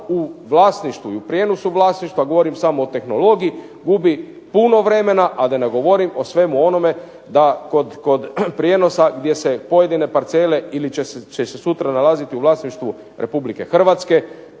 u vlasništvu i u prijenosu vlasništva, govorim samo o tehnologiji gubi puno vremena, a da ne govorim o svemu onome da kod prijenosa gdje se pojedine parcele ili će se sutra nalaziti u vlasništvu Republike Hrvatske